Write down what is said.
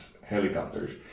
helicopters